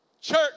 church